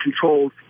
controlled